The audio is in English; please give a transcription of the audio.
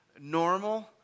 Normal